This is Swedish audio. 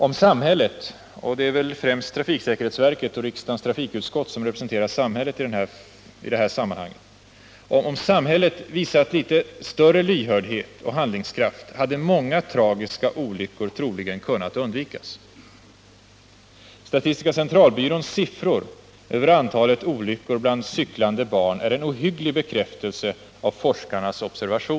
Om samhället — och det är väl främst trafiksäkerhetsverket och riksdagens trafikutskott som representerar samhället i det här sammanhanget — visat lite större lyhördhet och handlingskraft hade många tragiska olyckor troligen kunnat undvikas. Statistiska centralbyråns siffror över antalet olyckor bland cyklande barn är en ohygglig bekräftelse av forskarnas observationer.